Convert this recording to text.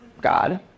God